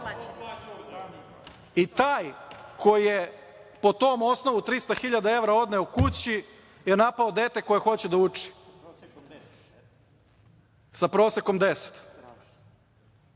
koji je po tom osnovu 300.000 evra odneo kući je napao dete koje hoće da uči, sa prosekom 10.00,